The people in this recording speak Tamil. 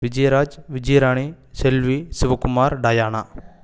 விஜயராஜ் விஜயராணி செல்வி சிவகுமார் டயானா